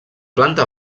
planta